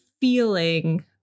feeling